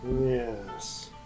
Yes